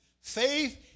faith